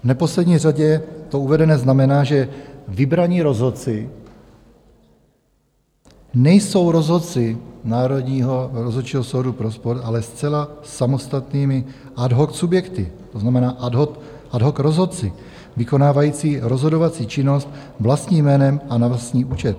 V neposlední řadě uvedené znamená, že vybraní rozhodci nejsou rozhodci Národního rozhodčího soudu pro sport, ale zcela samostatnými ad hoc subjekty, to znamená ad hoc rozhodci, vykonávajícími rozhodovací činnost vlastním jménem a na vlastní účet.